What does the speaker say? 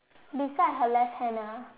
beside her left hand ah